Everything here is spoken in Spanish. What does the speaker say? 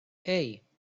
hey